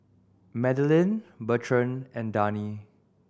Madelene Bertrand and Dani